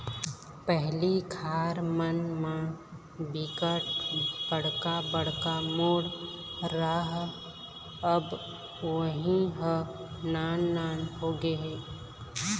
पहिली खार मन म बिकट बड़का बड़का मेड़ राहय अब उहीं ह नान नान होगे हे